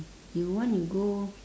you want you go